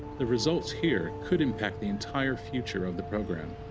the results here could impact the entire future of the program.